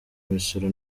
imisoro